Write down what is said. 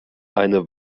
eine